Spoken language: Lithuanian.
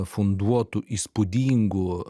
funduotų įspūdingų